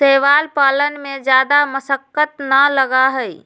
शैवाल पालन में जादा मशक्कत ना लगा हई